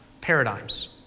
paradigms